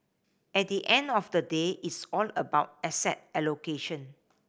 at the end of the day it's all about asset allocation